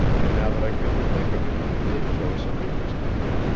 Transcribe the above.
and now that i come to think of it he did show some interest in me.